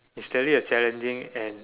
is really a challenging and